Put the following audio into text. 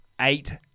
eight